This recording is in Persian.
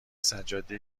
سجاده